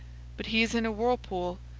but he is in a whirlpool.